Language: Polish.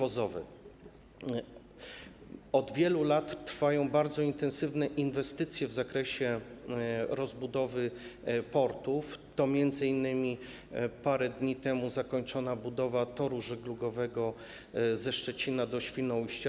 Od wielu lat trwają bardzo intensywne inwestycje w zakresie rozbudowy portów, to m.in. parę dni temu zakończona budowa toru żeglugowego ze Szczecina do Świnoujścia.